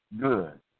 good